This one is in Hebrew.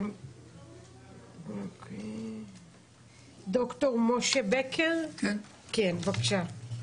ד"ר משה בקר, בבקשה.